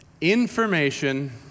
Information